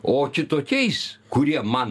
o kitokiais kurie man